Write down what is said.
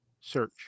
search